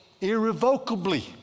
irrevocably